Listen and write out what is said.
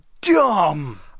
dumb